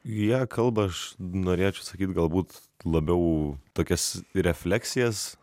jie kalba aš norėčiau sakyti galbūt labiau tokias refleksijas